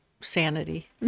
sanity